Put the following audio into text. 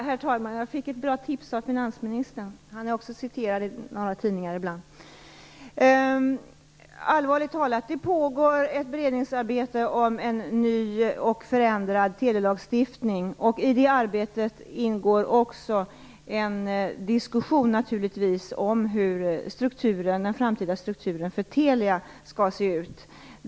Jag talman! Jag fick ett bra tips av finansministern. Han är också citerad i tidningar ibland. Allvarligt talat: Det pågår ett beredningsarbete om en ny och förändrad telelagstiftning. I det arbetet ingår också en diskussion om hur Telias framtida struktur skall se ut.